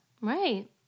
Right